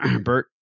Bert